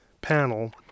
panel